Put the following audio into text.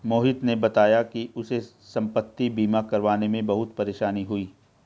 मोहित ने बताया कि उसे संपति बीमा करवाने में बहुत परेशानी हुई